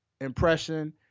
impression